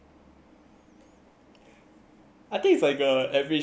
I think it's like a average time I see you